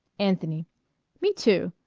anthony me, too.